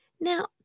Now